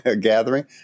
gathering